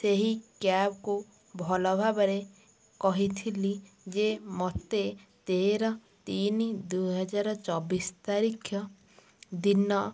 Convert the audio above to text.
ସେହି କ୍ୟାବ୍କୁ ଭଲ ଭାବରେ କହିଥିଲି ଯେ ମୋତେ ତେର ତିନି ଦୁଇହଜାର ଚବିଶ ତାରିଖ ଦିନ